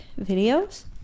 videos